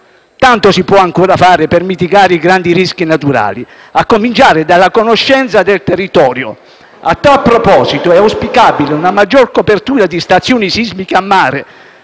Tanto si può ancora fare per mitigare i grandi rischi naturali, a cominciare dalla conoscenza del territorio. A tal proposito, è auspicabile una maggior copertura di stazioni sismiche a mare,